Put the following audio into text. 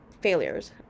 failures